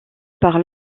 par